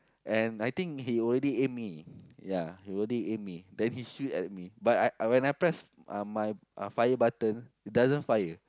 and I think he already aim me ya he already aim me then he shoot at me but when I press uh my fire button it doesn't fire